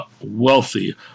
wealthy